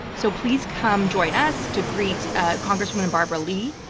so please come join us to greet ah congresswoman barbara lee,